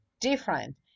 different